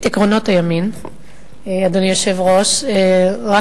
אדוני היושב-ראש,